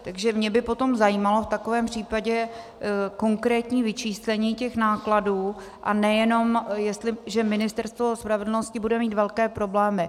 Takže mě by potom zajímalo v takovém případě konkrétní vyčíslení těch nákladů, a ne jenom, že Ministerstvo spravedlnosti bude mít velké problémy.